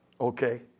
Okay